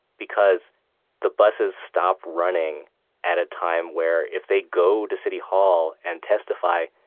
because the buses stop running at a time where if they go to city hall and testify,